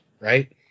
right